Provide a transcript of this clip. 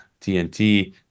TNT